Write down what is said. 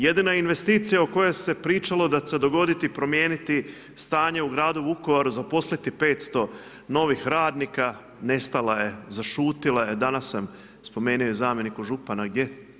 Jedina investicija o kojoj se pričalo da će se dogoditi, promijeniti stanje u gradu Vukovaru, zaposliti 500 novih radnika, nestala je, zašutila je, danas sam spomenuo i zamjeniku župana, gdje?